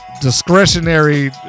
discretionary